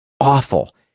awful